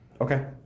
okay